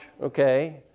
okay